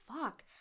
fuck